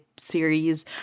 Series